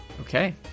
Okay